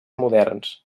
moderns